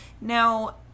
Now